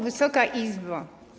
Wysoka Izbo!